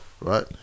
right